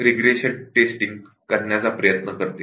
regression testing हेच करण्याचा प्रयत्न करते